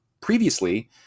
previously